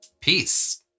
peace